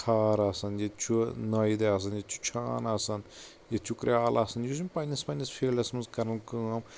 خار آسان ییٚتہِ چھُ نٲید آسان ییٚتہِ چھُ چھان آسان ییٚتہِ چھُ کرال آسان یہِ چھُ پننس پننس فیٖلڈس منٛز کران کٲم